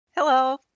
Hello